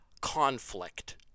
Conflict